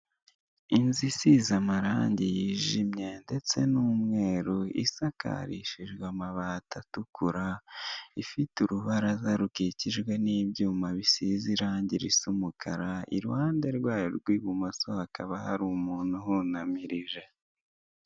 Inzu isize amarangi yijimye ndetse n'umweru isakarishijwe amabati atukura, ifite urubaraza rukikijwe n'ibyuma bisize irangi risa umukara, iruhande rw'ayo rw'ibimoso hakaba hari umuntu uhunamirije.